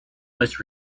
most